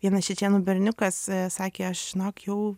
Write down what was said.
vienas čečėnų berniukas sakė aš žinok jau